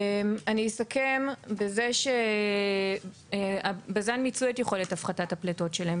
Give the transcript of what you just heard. אני אסכם בזה שבז"ן מיצו את יכולת הפחתת הפליטות שלהם,